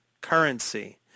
currency